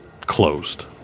closed